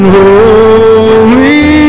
holy